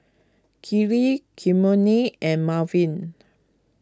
Kiley Kymani and Marvin